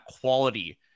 quality